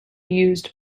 used